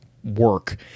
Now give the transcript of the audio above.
work